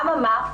א-ממה,